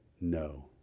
no